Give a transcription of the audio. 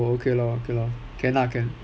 oh okay lor okay lor can lah can